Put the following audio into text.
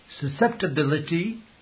susceptibility